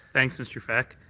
thanks, mr. peck.